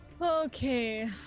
Okay